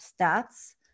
stats